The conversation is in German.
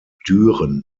düren